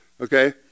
okay